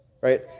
right